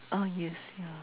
oh yes ya